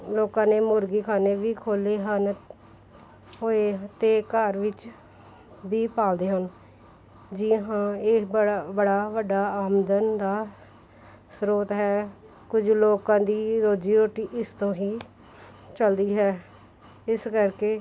ਲੋਕਾਂ ਨੇ ਮੁਰਗੀਖਾਨੇ ਵੀ ਖੋਲ੍ਹੇ ਹਨ ਹੋਏ ਅਤੇ ਘਰ ਵਿੱਚ ਵੀ ਪਾਲਦੇ ਹਨ ਜੀ ਹਾਂ ਇਹ ਬੜਾ ਬੜਾ ਵੱਡਾ ਆਮਦਨ ਦਾ ਸਰੋਤ ਹੈ ਕੁਝ ਲੋਕਾਂ ਦੀ ਰੋਜੀ ਰੋਟੀ ਇਸ ਤੋਂ ਹੀ ਚਲਦੀ ਹੈ ਇਸ ਕਰਕੇ